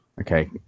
Okay